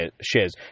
shares